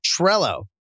Trello